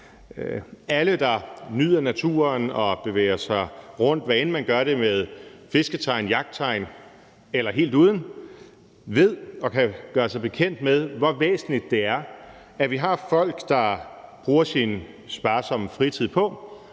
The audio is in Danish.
Alle, der nyder naturen og bevæger sig rundt, hvad end man gør det med fisketegn, jagttegn eller helt uden, ved og kan gøre sig bekendt med, hvor væsentligt det er, at vi har folk, der bruger deres sparsomme fritid på